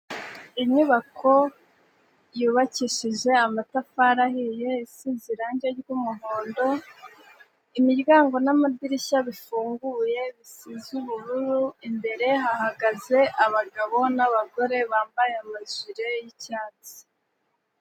Inyubako yubakishije amatafari ahiye, isize irangi ry'umuhondo. Imiryango n'amadirishya bifunguye bisize ubururu. Imbere hahagaze abagabo n'abagore bambaye amajure y'icyatsi.